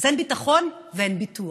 אז אין ביטחון ואין ביטוח.